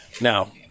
Now